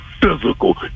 physical